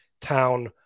Town